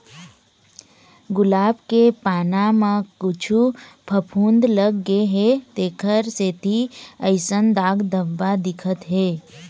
गुलाब के पाना म कुछु फफुंद लग गे हे तेखर सेती अइसन दाग धब्बा दिखत हे